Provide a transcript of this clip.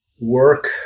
work